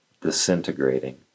disintegrating